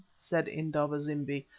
said indaba-zimbi.